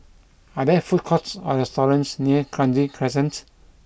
are there food courts or restaurants near Kranji Crescent